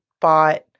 bought